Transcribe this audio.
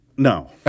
No